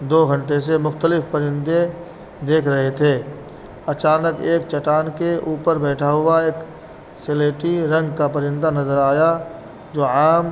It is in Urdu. دو گھنٹے سے مختلف پرندے دیکھ رہے تھے اچانک ایک چٹان کے اوپر بیٹھا ہوا ایک سلیٹی رنگ کا پرندہ نظر آیا جو عام